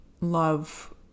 love